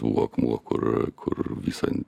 akmuo kur kur visą